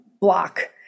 block